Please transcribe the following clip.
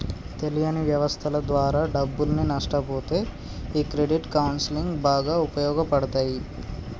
తెలియని వ్యవస్థల ద్వారా డబ్బుల్ని నష్టపొతే ఈ క్రెడిట్ కౌన్సిలింగ్ బాగా ఉపయోగపడతాయి